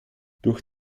durch